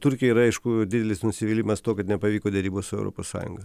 turkijoj yra aišku didelis nusivylimas tuo kad nepavyko derybos su europos sąjunga